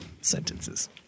sentences